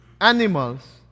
animals